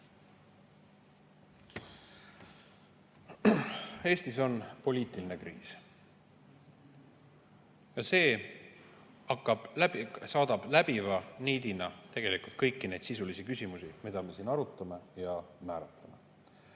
Eestis on poliitiline kriis. See saadab läbiva niidina tegelikult kõiki neid sisulisi küsimusi, mida me siin arutame ja määratleme.